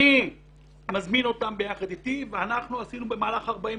אני מזמין אותם יחד איתי ואנחנו עשינו במהלך 45